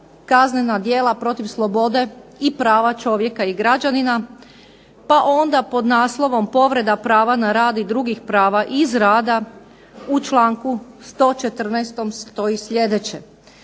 kaznena djela protiv slobode i prava čovjeka i građanina, pa onda pod naslovom povreda prava na rad i drugih prava iz rada u članku 114.